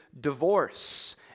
divorce